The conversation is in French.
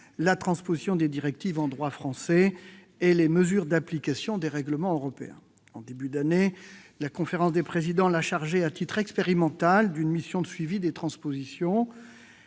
la transposition des directives en droit français et les mesures d'application des règlements européens. En début d'année, la conférence des présidents l'a chargée, à titre expérimental, d'une mission de suivi des transpositions.